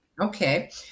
Okay